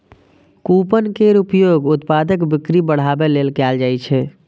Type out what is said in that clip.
coupon केर उपयोग उत्पादक बिक्री बढ़ाबै लेल कैल जाइ छै